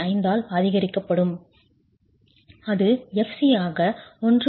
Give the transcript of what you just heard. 25 ஆல் அதிகரிக்கப்படும் அது fc ஆக 1